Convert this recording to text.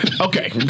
Okay